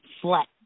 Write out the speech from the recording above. flat